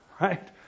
right